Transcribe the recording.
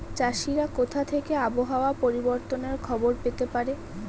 চাষিরা কোথা থেকে আবহাওয়া পরিবর্তনের খবর পেতে পারে?